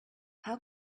how